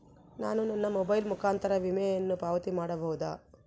ನಾನು ನನ್ನ ಮೊಬೈಲ್ ಮುಖಾಂತರ ವಿಮೆಯನ್ನು ಪಾವತಿ ಮಾಡಬಹುದಾ?